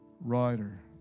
writer